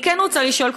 אני כן רוצה לשאול,